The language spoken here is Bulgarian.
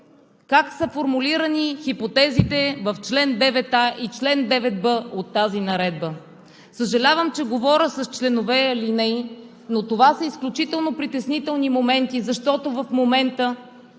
как са формулирани хипотезите в чл. 9а и чл. 9б от тази наредба. Съжалявам, че говоря с членове и алинеи, но това са изключително притеснителни моменти, защото в момента